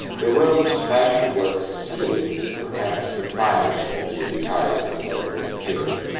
the room's plasterwork ceiling is perhaps the finest of the entire colonial period.